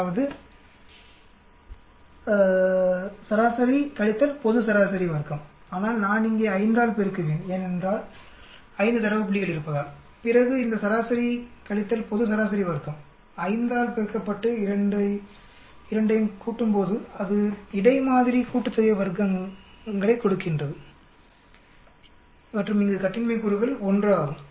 அதாவது சராசரி கழித்தல் பொது சராசரி வர்க்கம் ஆனால் நான் இங்கே 5 ஆல் பெருக்குவேன்ஏனென்றால் 5 தரவு புள்ளிகள் இருப்பதால் பிறகு இந்த சராசரி கழித்தல் பொது சராசரி வர்க்கம் 5 ஆல் பெருக்கப்பட்டுஇரண்டையும் கூட்டும்போது அது வர்க்கங்களின் இடை மாதிரி கூட்டுத்தொகையை கொடுக்கின்றது மற்றும் இங்கு கட்டின்மை கூறுகள் 1 ஆகும்